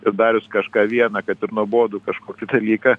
ir darius kažką vieną kad ir nuobodų kažkokį dalyką